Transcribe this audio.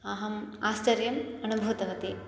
अहम् आश्चर्यम् अनुभूतवती